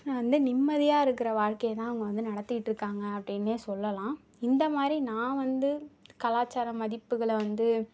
வந்து நிம்மதியாக இருக்கிற வாழ்க்கையைதான் அவங்க வந்து நடத்திக்கிட்டு இருக்காங்க அப்படினே சொல்லலாம் இந்தமாதிரி நான் வந்து கலாச்சார மதிப்புகளை வந்து